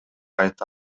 айта